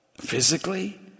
physically